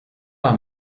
war